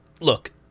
look